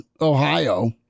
Ohio